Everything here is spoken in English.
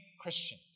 Christian